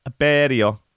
Aperio